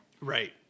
right